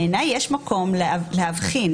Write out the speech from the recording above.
בעיניי יש מקום להבחין